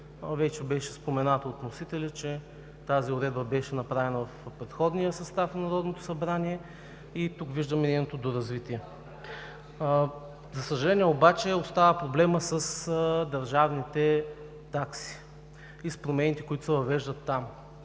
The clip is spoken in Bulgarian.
Беше споменато от вносителя, че тази уредбата беше направена от предходния състав на Народното събрание. Тук виждаме нейното доразвитие. За съжаление обаче остава проблемът с държавните такси и с промените, които се въвеждат там.